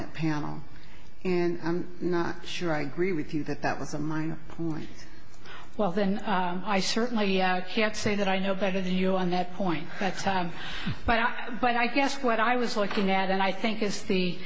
that panel and i'm not sure i agree with you that that was a minor point well then i certainly can't say that i know better than you on that point that time but i but i guess what i was looking at and i think is the